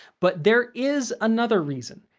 but there is another reason,